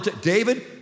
David